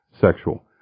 sexual